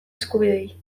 eskubideei